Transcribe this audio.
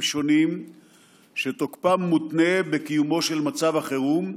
שונים שתוקפם מותנה בקיומו של מצב החירום,